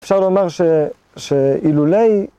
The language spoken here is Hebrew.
אפשר לומר שאילולאי